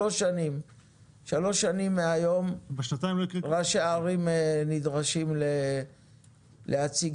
שלוש שנים מהיום ראשי הערים נדרשים להציג